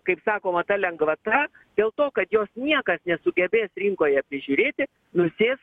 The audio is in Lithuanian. kaip sakoma ta lengvata dėl to kad jos niekas nesugebės rinkoje prižiūrėti nusės